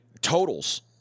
totals